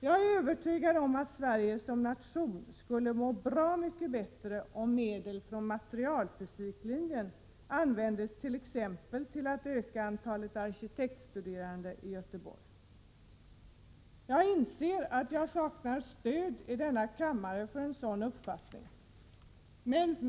Jag är övertygad om att Sverige som nation skulle må bra mycket bättre, om medel från materialfysiklinjen användes t.ex. till att öka antalet arkitektstuderande i Göteborg. Jag inser att jag saknar stöd i denna kammare för en sådan uppfattning.